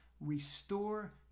restore